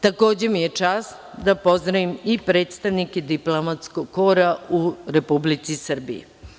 Takođe, mi je čast da pozdravim i predstavnike diplomatskog kora u Republici Srbiji.